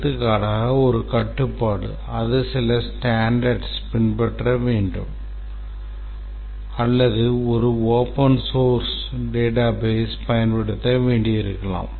எடுத்துக்காட்டாக ஒரு கட்டுப்பாடு அது சில standardsகளைப் பின்பற்ற வேண்டும் அல்லது ஒரு open source database பயன்படுத்த வேண்டியிருக்கலாம்